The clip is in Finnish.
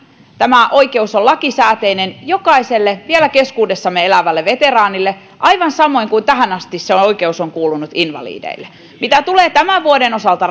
tämä oikeus on lakisääteinen jokaiselle vielä keskuudessamme elävälle veteraanille aivan samoin kuin tähän asti se oikeus on kuulunut invalideille mitä tulee tämän vuoden osalta